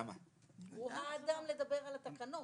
הוא האדם לדבר על התקנות.